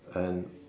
and